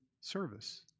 service